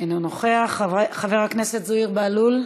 אינו נוכח, חבר הכנסת זוהיר בהלול,